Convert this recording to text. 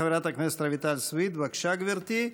חברת הכנסת רויטל סויד, בבקשה, גברתי.